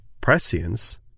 prescience